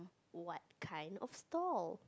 what kind of stall